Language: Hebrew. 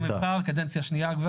נבחרתי בקדנציה שנייה.